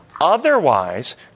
Otherwise